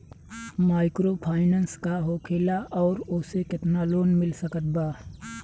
Microfinance का होखेला और ओसे केतना लोन मिल सकत बा?